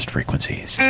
Frequencies